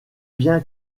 bien